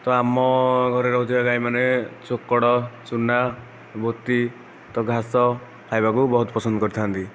ତ ଆମ ଘରେ ରହୁଥିବା ଗାଈମାନେ ଚୋକଡ଼ ଚୁନା ବୋତି ଘାସ ଖାଇବାକୁ ବହୁତ ପସନ୍ଦ କରିଥାନ୍ତି